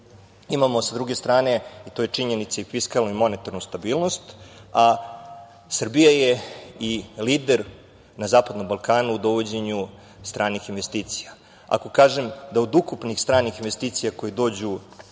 sa druge strane, i to je činjenica, i fiskalnu monetarnu stabilnost, a Srbija je i lider na zapadnom Balkanu u dovođenju stranih investicija. Ako kažem da od ukupnih stranih investicija koje dođu